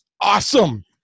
awesome